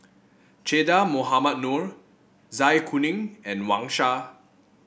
Che Dah Mohamed Noor Zai Kuning and Wang Sha